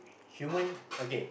human okay